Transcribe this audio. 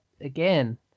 Again